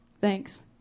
thanks